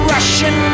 Russian